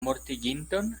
mortiginton